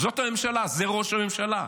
זאת הממשלה, זה ראש הממשלה.